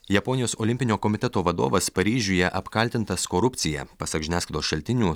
japonijos olimpinio komiteto vadovas paryžiuje apkaltintas korupcija pasak žiniasklaidos šaltinių